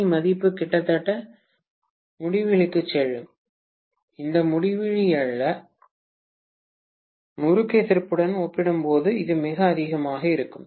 C மதிப்பு கிட்டத்தட்ட முடிவிலிக்குச் செல்லும் அது முடிவிலி அல்ல முறுக்கு எதிர்ப்புடன் ஒப்பிடும்போது அது மிக அதிகமாக இருக்கும்